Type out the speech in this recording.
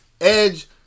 Edge